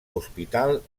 hospital